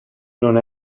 non